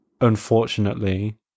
unfortunately